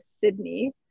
Sydney